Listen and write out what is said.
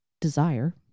desire